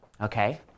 okay